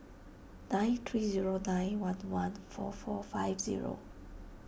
nine three zero nine one one four four five zero